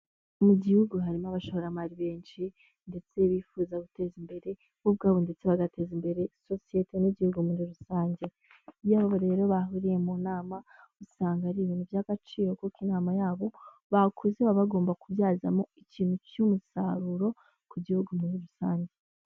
Mu gihugu harimo abashoramari benshi ndetse bifuza guteza imbere bo ubwabo ndetse bagateza imbere sosiyete n'igihugu muri rusange. Iyo rero bahuriye mu nama usanga ari ibintu by'agaciro kuko inama yabo bakuze baba bagomba kubyazamo ikintu cy'umusaruro ku gihugu muri rusange.